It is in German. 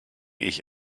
ich